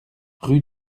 rue